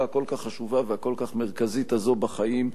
הכל-כך חשובה והכל-כך מרכזית הזאת בחיים,